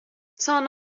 saan